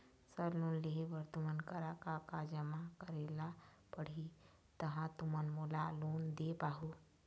Sir loan लेहे बर तुमन करा का का जमा करें ला पड़ही तहाँ तुमन मोला लोन दे पाहुं?